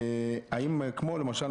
למשל,